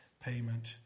payment